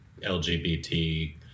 LGBT